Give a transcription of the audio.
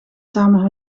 samen